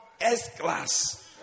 S-class